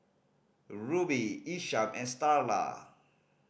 Rubye Isham and Starla